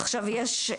עכשיו יש,